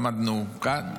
עמדנו כאן,